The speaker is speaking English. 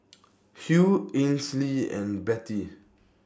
Hugh Ainsley and Bettye